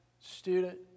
student